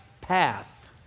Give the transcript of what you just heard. path